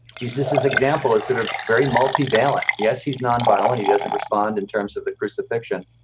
jesus's example is sort of very multi bailout. yes, he's non-violent. he doesn't respond in terms of the crucifixion,